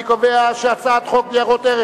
אני קובע שהצעת חוק ניירות ערך